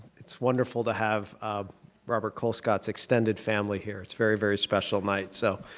it's wonderful to have robert colescott's extended family here. it's very, very special night. so,